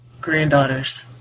granddaughters